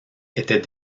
était